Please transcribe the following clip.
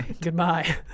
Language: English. Goodbye